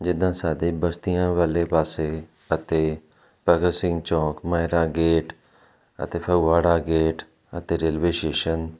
ਜਿੱਦਾਂ ਸਾਦੇ ਬਸਤੀਆਂ ਵਾਲੇ ਪਾਸੇ ਅਤੇ ਭਗਤ ਸਿੰਘ ਚੌਂਕ ਮਹਿਰਾ ਗੇਟ ਅਤੇ ਫਗਵਾੜਾ ਗੇਟ ਅਤੇ ਰੇਲਵੇ ਸਟੇਸ਼ਨ